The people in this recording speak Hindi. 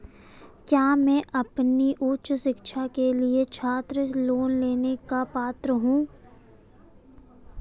क्या मैं अपनी उच्च शिक्षा के लिए छात्र लोन लेने का पात्र हूँ?